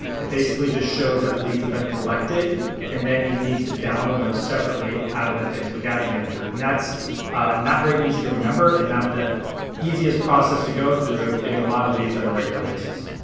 it basically just shows that leads have been collected and then you need to download those separately out of the facebook ads manager and that's not very easy to remember and not the easiest process to go through if you're getting a lot of leads on a regular basis.